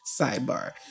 sidebar